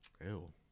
Ew